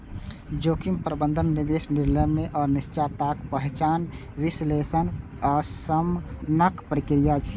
जोखिम प्रबंधन निवेश निर्णय मे अनिश्चितताक पहिचान, विश्लेषण आ शमनक प्रक्रिया छियै